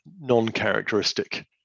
non-characteristic